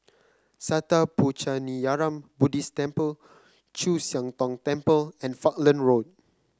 Sattha Puchaniyaram Buddhist Temple Chu Siang Tong Temple and Falkland Road